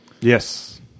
Yes